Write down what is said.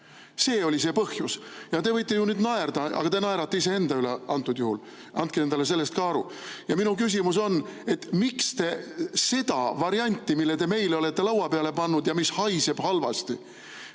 see oli see põhjus. Te võite ju nüüd naerda, aga te naerate iseenda üle antud juhul, andke endale sellest ka aru. Minu küsimus on: miks te seda varianti, mille te meile olete lauale pannud ja mis haiseb halvasti,